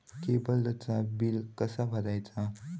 केबलचा बिल कसा भरायचा?